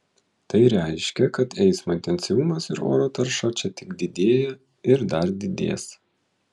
tai reiškia kad eismo intensyvumas ir oro tarša čia tik didėja ir dar didės